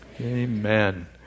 amen